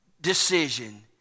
decision